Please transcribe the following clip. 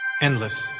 Endless